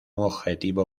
objetivo